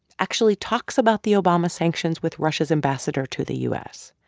actually talks about the obama sanctions with russia's ambassador to the u s.